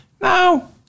no